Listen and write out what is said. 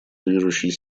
движущей